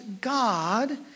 God